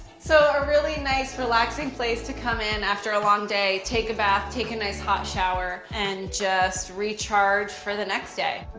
so a really nice relaxing place to come in after a long day, take a bath, take a nice hot shower and just recharge for the next day.